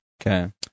Okay